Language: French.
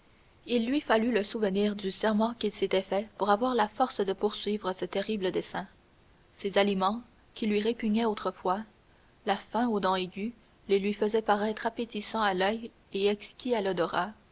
il lui fallut le souvenir du serment qu'il s'était fait pour avoir la force de poursuivre ce terrible dessein ces aliments qui lui répugnaient autrefois la faim aux dents aiguës les lui faisait paraître appétissants à l'oeil et exquis